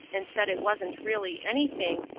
and said it wasn't really anything,